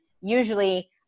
usually